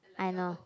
I know